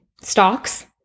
stocks